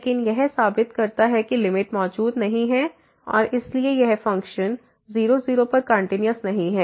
लेकिन यह साबित करता है कि लिमिट मौजूद नहीं है और इसलिए यह फ़ंक्शन 0 0पर कंटिन्यूस नहीं है